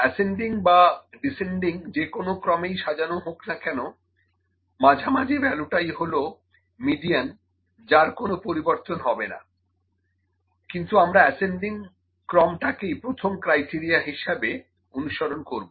ascending বা ডিসেন্ডিংযে কোনো ক্রমেই সাজানো হোক না কেন মাঝামাঝি ভ্যালুটাই হলো মিডিয়ান যার কোনো পরিবর্তন হবে না কিন্তু আমরা অ্যাসেন্ডিং ক্রমটাকেই প্রথম ক্রাইটেরিয়া হিসাবে অনুসরণ করবো